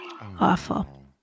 Awful